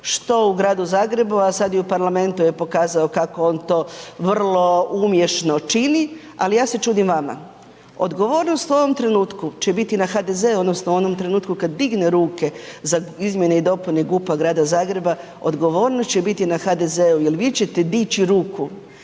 što i u Gradu Zagrebu, a sada i u parlamentu je pokazao kako on to vrlo umješno čini, ali ja se čudim vama. Odgovornost u ovom trenutku će biti na HDZ-u odnosno u onom trenutku kada digne ruke za izmjene i dopune GUP-a Grada Zagreba, odgovornost će biti na HDZ-u jer vi ćete dići ruku